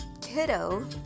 kiddo